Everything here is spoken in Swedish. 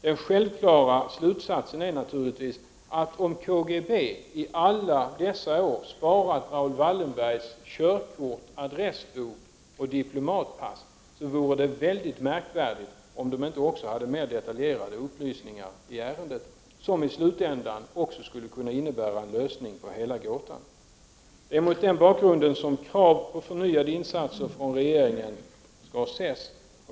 Den självklara slutsatsen är naturligtvis att det, om KGB i alla dessa år har sparat Raoul Wallenbergs körkort, adressbok och diplomatpass, vore märkvärdigt om man inte också hade mer detaljerade upplysningar, som i slutändan skulle kunna innebära en lösning på hela gåtan. Det är mot den bakgrunden som krav på förnyade insatser från regeringen skall ses.